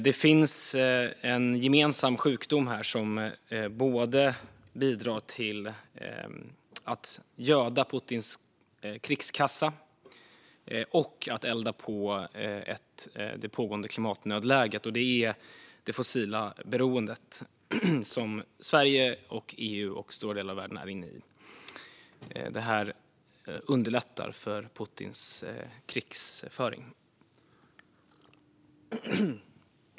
Det finns en gemensam sjukdom här som både bidrar till att göda Putins krigskassa och eldar på det pågående klimatnödläget, och det är det fossila beroende som Sverige, EU och stora delar av världen befinner sig i nu. Det underlättar för Putins krigföring.